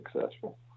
successful